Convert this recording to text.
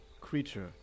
creature